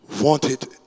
wanted